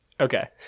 Okay